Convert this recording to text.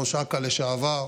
ראש אכ"א לשעבר,